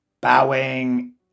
Bowing